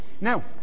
Now